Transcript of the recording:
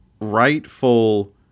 rightful